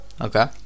Okay